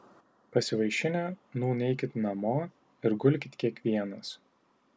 pasivaišinę nūn eikit namo ir gulkit kiekvienas